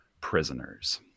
prisoners